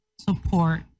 support